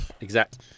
Exact